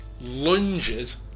lunges